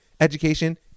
education